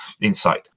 inside